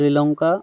Sri Lanka